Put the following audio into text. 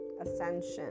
ascension